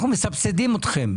אנו מסבסדים אתכם.